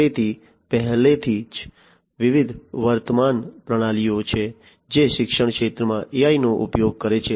તેથી પહેલેથી જ વિવિધ પ્રવર્તમાન પ્રણાલીઓ છે જે શિક્ષણ ક્ષેત્રમાં AI નો ઉપયોગ કરે છે